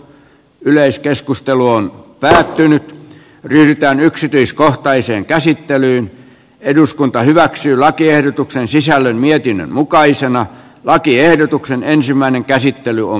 yleiskeskustelu on päättynyt yhtään yksityiskohtaiseen käsittelyyn eduskunta hyväksyi lakiehdotuksen sisällön mietinnön mukaisena lakiehdotuksen ensimmäinen käsittely on